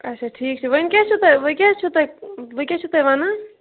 آچھا ٹھیٖک چھُ وۄنۍ کیاہ چھُو تُہۍ وۄنۍ کیاہ حظ چھُو تُہۍ وۄنۍ کیاہ چھُو تُہۍ وَنان